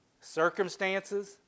Circumstances